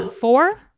four